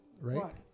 right